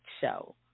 Show